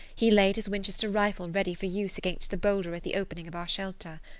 he laid his winchester rifle ready for use against the boulder at the opening of our shelter.